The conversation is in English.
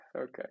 Okay